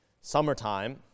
summertime